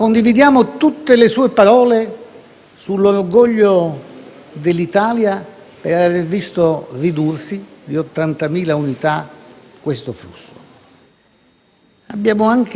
Abbiamo anche un certo orgoglio nel constatare come nella comunità internazionale non siano mancati apprezzamenti